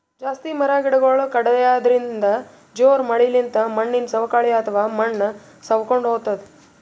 ಜಾಸ್ತಿ ಮರ ಗಿಡಗೊಳ್ ಕಡ್ಯದ್ರಿನ್ದ, ಜೋರ್ ಮಳಿಲಿಂತ್ ಮಣ್ಣಿನ್ ಸವಕಳಿ ಅಥವಾ ಮಣ್ಣ್ ಸವಕೊಂಡ್ ಹೊತದ್